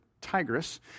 Tigris